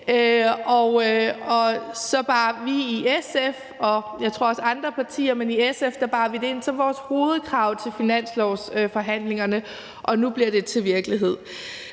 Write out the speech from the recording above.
Jeg tror også, det gjaldt andre partier, men i SF bar vi det ind som vores hovedkrav til finanslovsforhandlingerne, og nu bliver det til virkelighed.